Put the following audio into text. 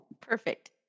Perfect